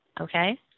okay